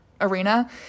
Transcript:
arena